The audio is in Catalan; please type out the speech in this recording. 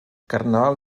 carnaval